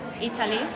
Italy